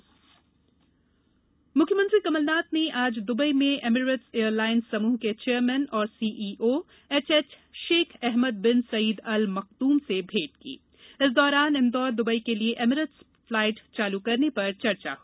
CM Dubai मुख्यमंत्री कमल नाथ ने आज दुबई में एमीरेट्स एयरलाइन समूह के चेयरमेन और CEO HH Sheikh Ahmed bin Saeed Al Maktoum से भेंट की इस दौरान इन्दौर दबई के लिये एमीरेट्स प्लाइट चाल करने पर चर्चा की